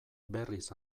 berriz